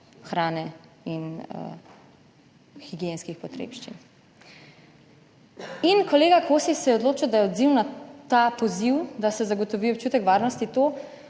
hrane in higienskih potrebščin. In kolega Kosi se je odločil, da je odziv na ta poziv, da se zagotovi občutek varnosti,